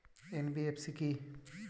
NBFC কী?